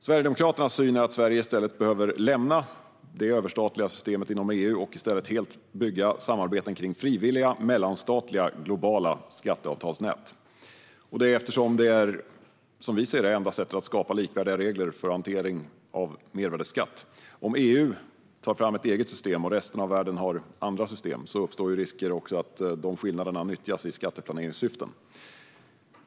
Sverigedemokraternas syn är att Sverige behöver lämna detta överstatliga system inom EU och i stället helt bygga samarbeten kring frivilliga mellanstatliga och globala skatteavtalsnät. Det är, som vi ser det, enda sättet att skapa likvärda regler för hantering av mervärdesskatt. Om EU tar fram ett eget system och resten av världen har andra system uppstår risker att dessa skillnader nyttjas i skatteplaneringssyften.